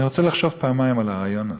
אני רוצה לחשוב פעמיים על הרעיון הזה.